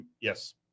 Yes